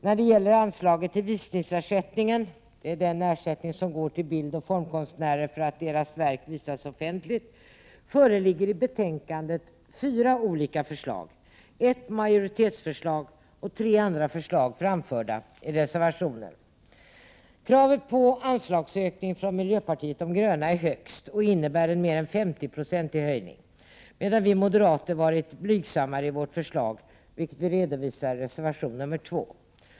När det gäller anslaget till visningsersättningen — den ersättning som går till bildoch formkonstnärer för att deras verk visas offentligt — föreligger i betänkandet fyra olika förslag, ett majoritetsförslag och tre andra förslag, framförda i reservationen. Kravet på anslagsökning från miljöpartiet de gröna är högst och innebär en mer än 50-procentig höjning, medan vi moderater varit blygsammare i vårt förslag, vilket finns redovisat i reservation nr 2.